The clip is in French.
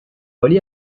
relié